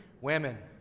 women